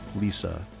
Lisa